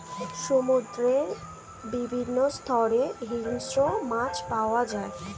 সমুদ্রের বিভিন্ন স্তরে হিংস্র মাছ পাওয়া যায়